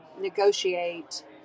negotiate